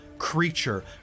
creature